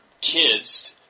kids